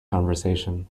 conversation